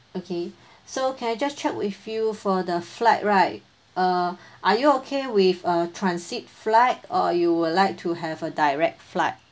okay so can I just check with you for the flight right uh are you okay with a transit flight or you would like to have a direct flight